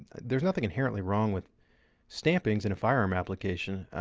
there's nothing inherently wrong with stampings in a firearm application,